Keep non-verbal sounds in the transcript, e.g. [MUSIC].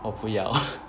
我不要 [LAUGHS]